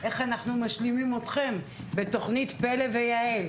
איך אנחנו משלימים אתכם בתוכניות פל"א ויע"ל.